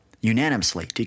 unanimously